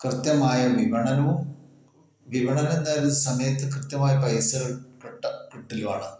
കൃത്യമായ വിപണനവും വിപണന എന്തായാലൂം സമയത്ത് കൃത്യമായ പൈസ കിട്ട കിട്ടലുമാണ്